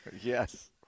Yes